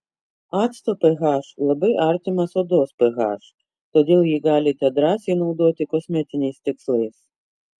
acto ph labai artimas odos ph todėl jį galite drąsiai naudoti kosmetiniais tikslais